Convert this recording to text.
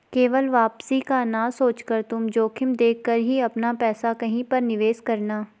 केवल वापसी का ना सोचकर तुम जोखिम देख कर ही अपना पैसा कहीं पर निवेश करना